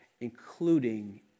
including